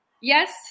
yes